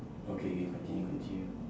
okay K continue continue